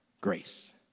grace